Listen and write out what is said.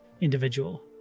individual